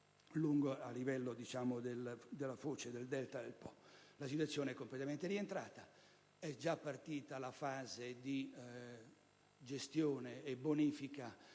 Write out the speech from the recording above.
a livello della foce e del delta del Po. La situazione è completamente rientrata. È già partita la fase di gestione e bonifica